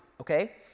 okay